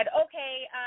okay